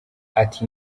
ati